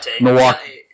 Milwaukee